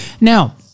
Now